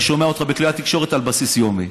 אני שומע אותך בכלי התקשורת על בסיס יומי.